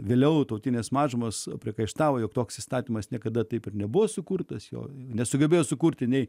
vėliau tautinės mažumos priekaištavo jog toks įstatymas niekada taip ir nebuvo sukurtas jo nesugebėjo sukurti nei